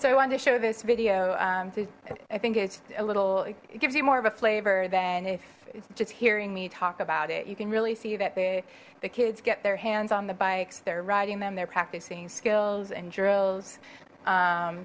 so i wanted to show this video i think it's a little it gives you more of a flavor than if just hearing me talk about it you can really see that the the kids get their hands on the bikes they're riding them they're practicing skills and drills